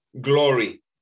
Glory